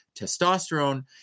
testosterone